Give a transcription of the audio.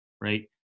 Right